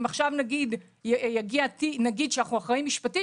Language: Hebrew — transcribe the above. כי אם עכשיו המדינה תגיד שהיא אחראית משפטית